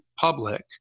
public